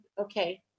Okay